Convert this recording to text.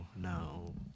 no